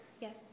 Yes